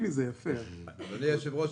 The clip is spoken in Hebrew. עם ------ אדוני היושב-ראש,